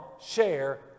share